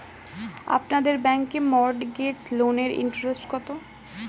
আপনাদের ব্যাংকে মর্টগেজ লোনের ইন্টারেস্ট কত?